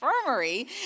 infirmary